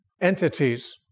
entities